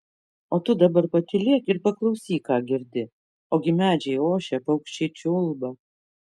o tu dabar patylėk ir paklausyk ką girdi ogi medžiai ošia paukščiai čiulba